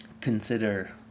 consider